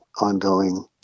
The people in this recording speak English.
ongoing